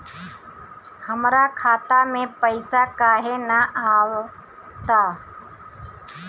हमरा खाता में पइसा काहे ना आव ता?